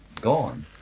gone